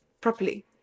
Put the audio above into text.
properly